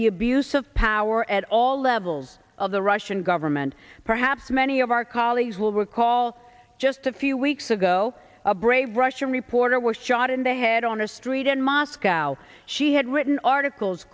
the abuse of power at all levels of the russian government perhaps many of our colleagues will recall just a few weeks ago a brave russian reporter was shot in the head on a street in moscow she had written articles